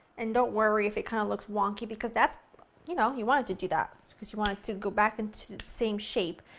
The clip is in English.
and don't worry if it kind of looks wonky because that's you know, you want it to do that. because you want it to go back into its same shape.